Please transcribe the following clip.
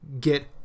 get